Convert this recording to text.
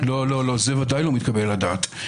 לא, זה ודאי לא מתקבל על הדעת.